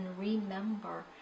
remember